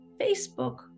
Facebook